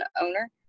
owner